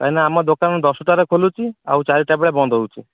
କାହିଁକି ନା ଆମ ଦୋକାନ ଦଶଟାରେ ଖୋଲୁଛି ଆଉ ଚାରିଟା ବେଳେ ବନ୍ଦ ହେଉଛି